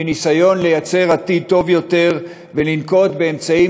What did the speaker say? בניסיון ליצור עתיד טוב יותר ולנקוט אמצעים